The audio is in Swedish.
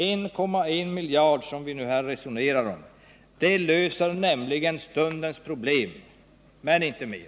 1,1 miljarder kronor, det belopp som vi här resonerar om, löser nämligen stundens problem, men inte mer.